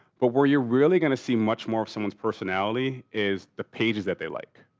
but where you're really gonna see much more of someone's personality is the pages that they like.